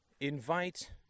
invite